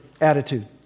attitude